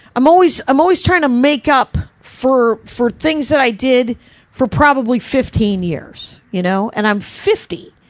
i'm always i'm always trying to make up for for things that i did for probably fifteen years, you know. and i'm fifty.